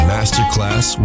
Masterclass